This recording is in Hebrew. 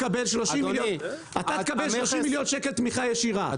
אתה תקבל 30 מיליון תמיכה ישירה,